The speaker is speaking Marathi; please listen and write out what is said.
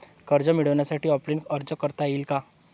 कर्ज मिळण्यासाठी ऑफलाईन अर्ज करता येईल का?